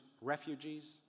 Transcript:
refugees